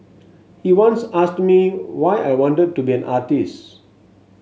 he once asked me why I wanted to be an artist